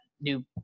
new